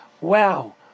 wow